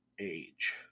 age